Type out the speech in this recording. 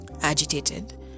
agitated